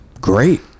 great